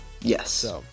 Yes